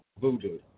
voodoo